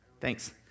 thanks